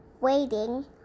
waiting